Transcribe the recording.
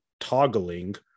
toggling